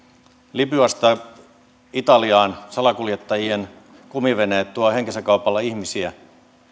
libyasta italiaan salakuljettajien kumiveneet tuovat henkensä kaupalla ihmisiä